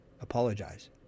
apologize